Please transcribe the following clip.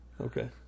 Okay